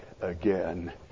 again